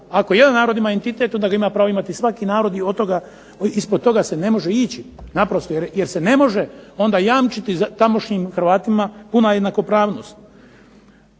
Ako jedan narod ima entitet onda ga ima pravo imati svaki narod, i od toga ispod toga se ne može ići jer se ne može jamčiti tamošnjim Hrvatima puna jednakopravnost.